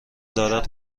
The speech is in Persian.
دارد